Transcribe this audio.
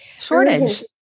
shortage